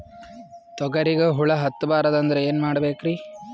ತೊಗರಿಗ ಹುಳ ಹತ್ತಬಾರದು ಅಂದ್ರ ಏನ್ ಮಾಡಬೇಕ್ರಿ?